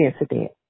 incident